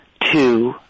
two